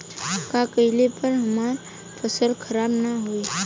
का कइला पर हमार फसल खराब ना होयी?